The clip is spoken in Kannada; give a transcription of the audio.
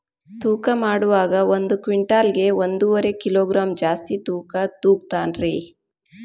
ತೂಕಮಾಡುವಾಗ ಒಂದು ಕ್ವಿಂಟಾಲ್ ಗೆ ಒಂದುವರಿ ಕಿಲೋಗ್ರಾಂ ಜಾಸ್ತಿ ಯಾಕ ತೂಗ್ತಾನ ರೇ?